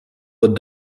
but